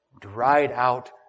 dried-out